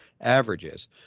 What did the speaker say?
averages